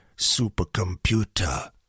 supercomputer